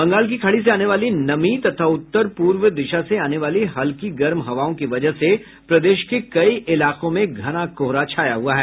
बंगाल की खाड़ी से आने वाली नमी तथा उत्तर पूर्व दिशा से आने वाली हल्की गर्म हवाओं की वजह से प्रदेश के कई इलाकों में घना कोहरा छाया हुआ है